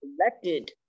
elected